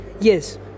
Yes